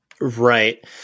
right